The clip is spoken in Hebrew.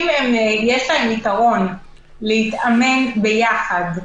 ואם יש להן יתרון להתאמן יחד,